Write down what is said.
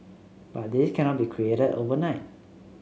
but this cannot be created overnight